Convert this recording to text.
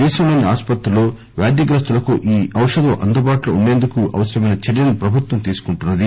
దేశంలోని ఆసుపత్రుల్లో వ్యాధిగ్రస్థులకు ఈ ఔషధం అందుబాటులో ఉండేందుకు అవసరమైన చర్యలను ప్రభుత్వం తీసుకుంటుంది